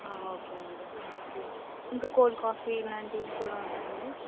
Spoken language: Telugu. ఓకే అండి బ్లాక్ టీ ఇంకా కోల్డ్ కాఫీ ఇలాంటివి కూడా ఉన్నాయండి